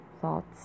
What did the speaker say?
thoughts